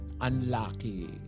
unlucky